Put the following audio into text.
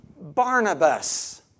Barnabas